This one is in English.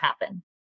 happen